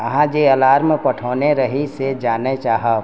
अहाँ जे अलार्म पठौने रही से जानए चाहब